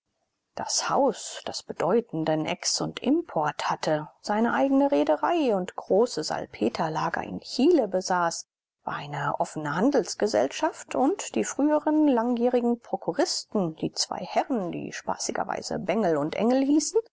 das haus das bedeutenden ex und import hatte seine eigene rederei und große salpeterlager in chile besaß war eine offene handelsgesellschaft und die früheren langjährigen prokuristen die zwei herren die spaßigerweise bengel und engel hießen